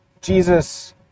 Jesus